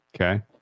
Okay